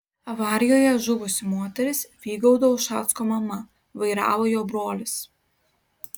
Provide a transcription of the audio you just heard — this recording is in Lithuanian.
avarijoje žuvusi moteris vygaudo ušacko mama vairavo jo brolis